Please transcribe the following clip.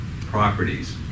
properties